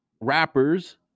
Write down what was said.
rappers